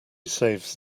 saves